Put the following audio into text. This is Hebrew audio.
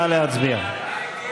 נא להצביע.